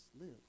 live